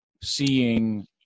seeing